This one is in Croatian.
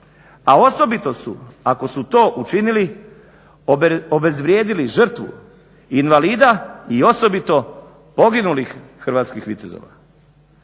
a osobito su ako su to učinili obezvrijedili žrtvu invalida i osobito poginulih hrvatskih vitezova.